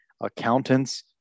accountants